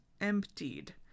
emptied